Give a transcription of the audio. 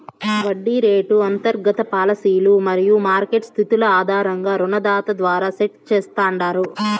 వడ్డీ రేటు అంతర్గత పాలసీలు మరియు మార్కెట్ స్థితుల ఆధారంగా రుణదాత ద్వారా సెట్ చేస్తాండారు